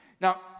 Now